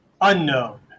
unknown